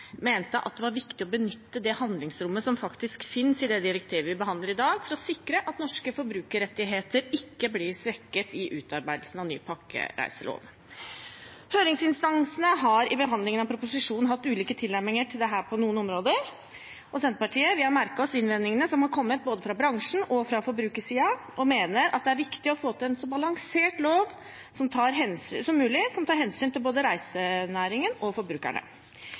det direktivet vi behandler i dag, for å sikre at norske forbrukerrettigheter ikke blir svekket i utarbeidelsen av ny pakkereiselov. Høringsinstansene har i behandlingen av proposisjonen hatt ulike tilnærminger til dette på noen områder. Vi i Senterpartiet har merket oss innvendingene som er kommet både fra bransjen og fra forbrukersiden, og mener at det er viktig å få til en så balansert lov som mulig, som tar hensyn til både reisenæringen og forbrukerne.